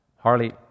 Harley